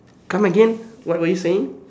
come again what were you saying